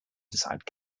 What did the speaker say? aside